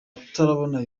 atarabona